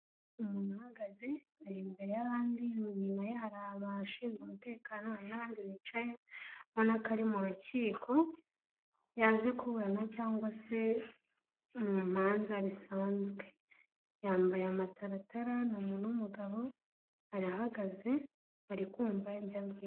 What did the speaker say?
umuntu uhagaze ari imbere y'abandi inyuma ye hari abashinzwe umutekano n abandi bicaye ubona ko ari mu rukiko yaje kuburana cyangwa se mu manza bisanzwe yambaye amataratara n'umugabo arahagaze arikumva ibyabwirwa.